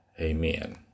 Amen